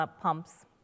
pumps